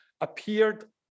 appeared